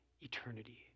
eternity